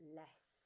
less